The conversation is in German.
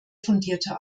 fundierte